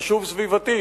חשוב סביבתית,